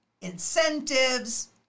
incentives